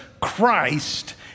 Christ